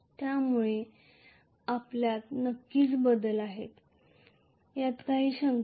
त्यामुळे आपल्यात नक्कीच बदल आहेत यात काही शंका नाही